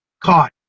caught